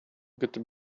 gotta